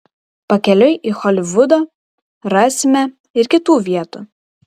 pakeliui į holivudą rasime ir kitų vietų